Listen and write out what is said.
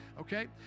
okay